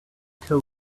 told